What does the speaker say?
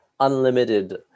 Unlimited